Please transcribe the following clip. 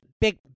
big